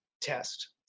test